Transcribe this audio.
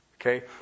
okay